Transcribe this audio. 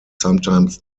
sometimes